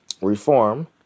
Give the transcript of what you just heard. reform